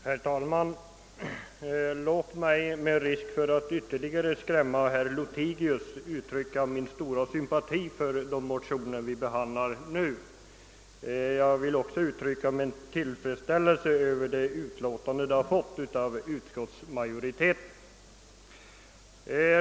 Herr talman! Låt mig med risk för att ytterligare skrämma herr Lothigius uttrycka min stora sympati för de motioner vi behandlar nu. Jag vill också uttala min tillfredsställelse över det utlåtande som utskottsmajoriteten står för.